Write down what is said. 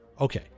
Okay